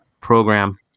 program